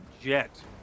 Jet